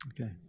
Okay